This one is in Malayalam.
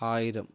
ആയിരം